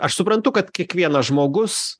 aš suprantu kad kiekvienas žmogus